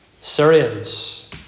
Syrians